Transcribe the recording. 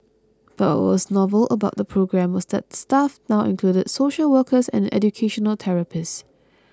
but what was novel about the programme was that the staff now included social workers and educational therapists